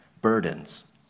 burdens